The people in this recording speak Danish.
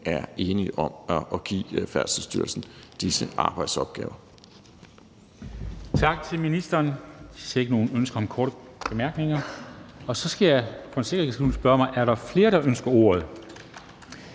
er enige om, altså at give Færdselsstyrelsen disse arbejdsopgaver.